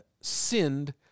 sinned